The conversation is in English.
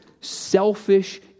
selfish